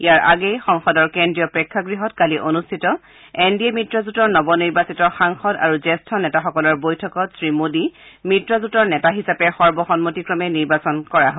ইয়াৰ আগেয়ে সংসদৰ কেন্দ্ৰীয় প্ৰেক্ষাগৃহত কালি অনুষ্ঠিত এন ডি এ মিত্ৰজোঁটৰ নৱনিৰ্বাচিত সাংসদ আৰু জ্যেষ্ঠ নেতাসকলৰ বৈঠকত শ্ৰীমোদী মিত্ৰজোঁটৰ নেতা হিচাপে সৰ্বসন্মতিক্ৰমে নিৰ্বাচন কৰা হয়